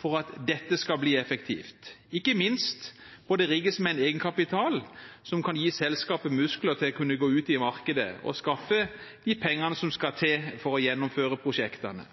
for at dette skal bli effektivt. Ikke minst må det rigges med en egenkapital som kan gi selskapet muskler til å kunne gå ut i markedet og skaffe de pengene som skal til for å gjennomføre prosjektene.